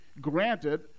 Granted